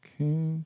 Okay